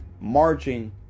marching